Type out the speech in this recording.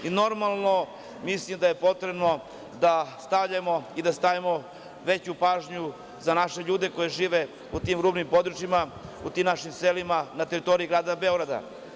Normalno, mislim da je potrebno i da stavimo veću pažnju za naše ljude koji žive u tim rubnim područjima, našim selima na teritoriji Grada Beograda.